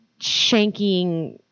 shanking